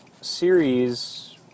series